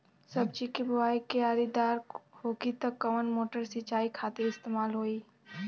सब्जी के बोवाई क्यारी दार होखि त कवन मोटर सिंचाई खातिर इस्तेमाल होई?